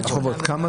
כמה